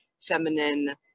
feminine